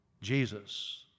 Jesus